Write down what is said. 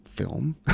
Film